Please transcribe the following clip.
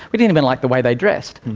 we didn't even like the way they dressed.